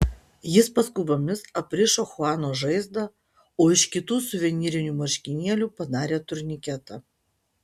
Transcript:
jis paskubomis aprišo chuano žaizdą o iš kitų suvenyrinių marškinėlių padarė turniketą